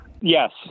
Yes